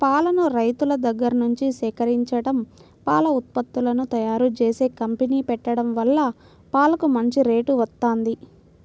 పాలను రైతుల దగ్గర్నుంచి సేకరించడం, పాల ఉత్పత్తులను తయ్యారుజేసే కంపెనీ పెట్టడం వల్ల పాలకు మంచి రేటు వత్తంది